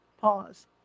Pause